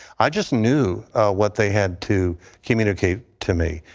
i just knew what they had to communicate to me.